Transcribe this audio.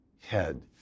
head